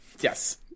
Yes